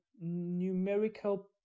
numerical